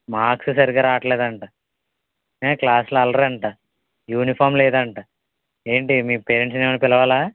marks సరిగ్గా రాట్లేదంటా క్లాసులో అల్లరంటా యూనిఫార్మ్ లేదంట ఏంటి మీ పేరెంట్స్ని ఏమన్నా పిలవాలా